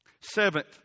Seventh